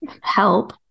help